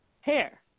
hair